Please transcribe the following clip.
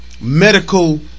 medical